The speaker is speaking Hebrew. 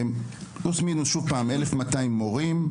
פלוס-מינוס 1,200 מורים.